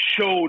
showed